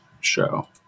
show